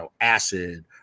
Acid